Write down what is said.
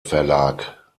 verlag